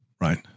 right